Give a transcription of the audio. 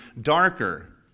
darker